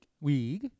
Wee